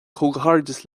comhghairdeas